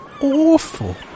awful